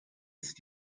ist